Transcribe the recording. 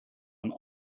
van